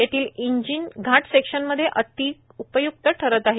येथील इंजिन घाटसेक्शनमध्ये अधिक उपय्क्त ठरत आहे